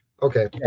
Okay